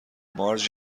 مارج